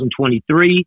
2023